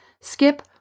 skip